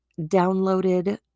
downloaded